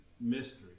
mystery